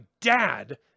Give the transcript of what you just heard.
dad